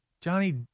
Johnny –